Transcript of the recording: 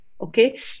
Okay